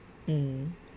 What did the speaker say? mm